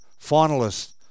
finalists